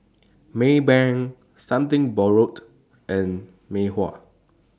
Maybank Something Borrowed and Mei Hua